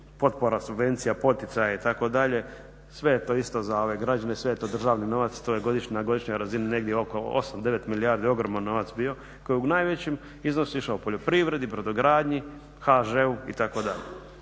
potpora, subvencija, poticaja itd., sve je to isto za ove građane, sve je to državni novac i to je na godišnjoj razini negdje oko 8-9 milijardi, ogroman novac bio koji je u najvećem iznosu išao poljoprivredi, brodogradnji, HŽ-u itd.